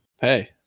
Hey